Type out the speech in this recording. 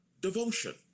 devotion